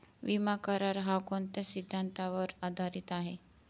विमा करार, हा कोणत्या सिद्धांतावर आधारीत आहे?